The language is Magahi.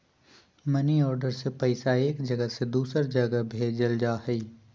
मनी ऑर्डर से पैसा एक जगह से दूसर जगह भेजल जा हय